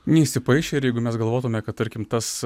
neįsipaišė ir jeigu mes galvotume kad tarkim tas